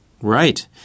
Right